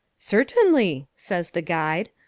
certainly, says the guide.